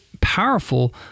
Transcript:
powerful